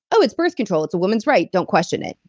oh, it's birth control, it's a woman's right. don't question it.